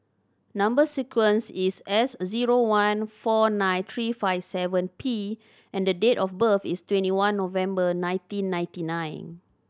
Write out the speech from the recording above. number sequence is S zero one four nine three five seven P and the date of birth is twenty one November nineteen ninety nine